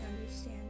understand